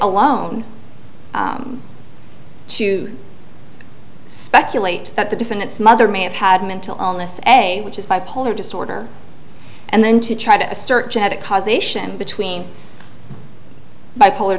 alone to speculate that the defendant's mother may have had mental illness a which is bipolar disorder and then to try to assert genetic cause ation between bipolar